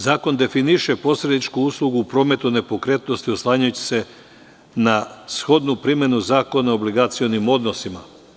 Zakon definiše posredničku uslugu u prometu nepokretnosti oslanjajući se na shodnu primenu Zakona o obligacionim odnosima.